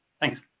Thanks